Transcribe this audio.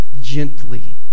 gently